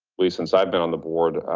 least, since i've been on the board,